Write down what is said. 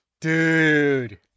dude